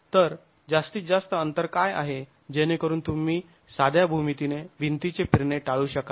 तर जास्तीत जास्त अंतर काय आहे जेणेकरून तुम्ही साध्या भूमितीने भिंतीचे फिरणे टाळू शकाल